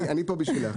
אני פה בשבילך.